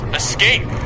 escape